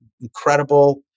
incredible